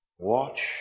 Watch